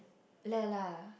let lah